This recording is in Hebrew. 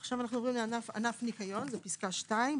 עכשיו אנחנו עוברים לענף ניקיון, פסקה (2).